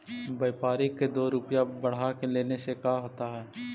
व्यापारिक के दो रूपया बढ़ा के लेने से का होता है?